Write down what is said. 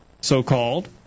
so-called